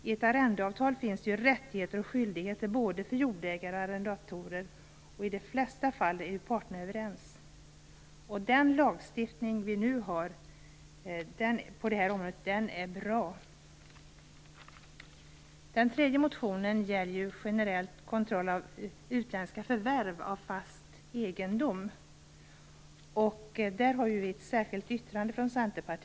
I ett arrendeavtal föreskrivs både rättigheter och skyldigheter både för jordägare och för arrendatorer, och i de flesta fall är parterna överens. Den lagstiftning som vi nu har på det här området är bra. Den tredje motionen gäller generell kontroll av utländska förvärv av fast egendom. Centerpartiet har avgivit ett särskilt yttrande i den frågan.